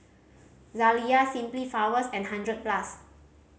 Zalia Simply Flowers and Hundred Plus